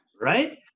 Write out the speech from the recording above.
Right